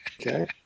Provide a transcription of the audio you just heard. Okay